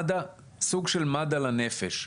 זה סוג של מד"א לנפש.